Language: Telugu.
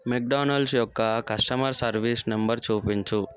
మెక్డోనల్స్ యొక్క కస్టమర్ సర్వీస్ నంబర్ చూపించు